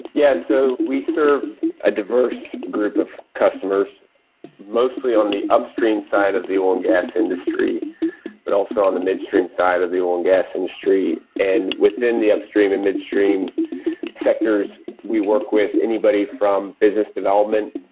yes. so we serve a diverse group of customers mostly on the upstream side of the oil and gas industry but also on the midstream side of the oil and gas industry. and within the upstream and midstream sectors we work with anybody from business development,